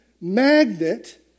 magnet